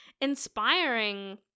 inspiring